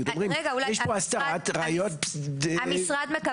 זה פשוט מצטלם טוב, אז זה מה